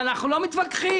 אנחנו לא מתווכחים,